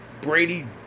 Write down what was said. Brady